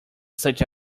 such